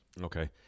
Okay